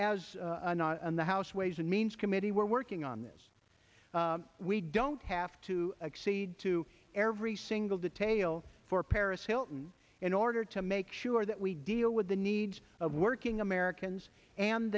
s the house ways and means committee we're working on this we don't have to exceed to every single detail for paris hilton in order to make sure that we deal with the needs of working americans and